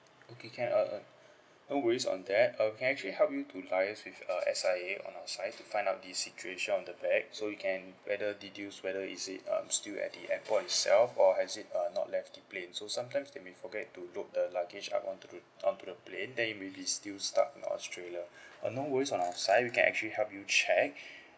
okay can uh uh no worries on that uh we can actually help you to liaise with uh S_I_A on our side to find out the situation on the back so we can whether deduce whether is it um still at the airport itself or has it uh not left the plane so sometimes they may forget to load the luggage up onto the onto the plane then it may be still stuck in australia uh no worries on our side we can actually help you check